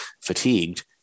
fatigued